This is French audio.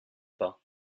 pas